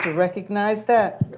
recognize that.